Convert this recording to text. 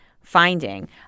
finding